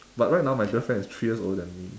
but right now my girlfriend is three years older than me